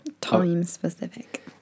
Time-specific